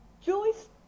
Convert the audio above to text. Joyce